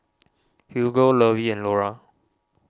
Hugo Lovie and Lora